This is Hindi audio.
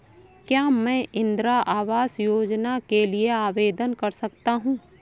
क्या मैं इंदिरा आवास योजना के लिए आवेदन कर सकता हूँ?